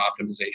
optimization